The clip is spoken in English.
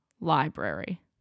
library